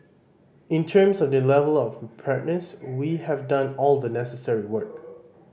in terms of the level of we have done all the necessary work